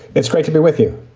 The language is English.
it's great to be with you.